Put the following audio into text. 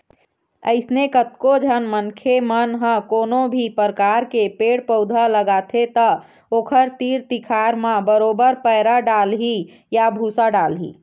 अइसने कतको झन मनखे मन ह कोनो भी परकार के पेड़ पउधा लगाथे त ओखर तीर तिखार म बरोबर पैरा डालही या भूसा डालही